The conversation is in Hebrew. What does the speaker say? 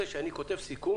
שמאן דהוא יקרא את סיכום